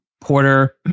Porter